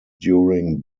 during